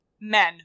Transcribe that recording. men